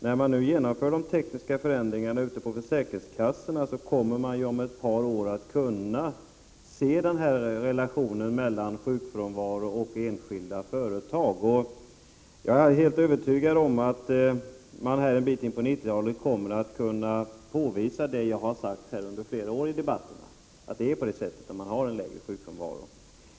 När man nu genomför dessa tekniska förändringar ute på försäkringskassorna kommer man om ett par år att kunna se relationen mellan sjukfrånvaro och företagets storlek. Jag är helt övertygad om att vi en bit in på 90-talet kommer att kunna påvisa det som jag har påstått under flera år i debatterna. Det är lägre sjukfrånvaro i de små företagen.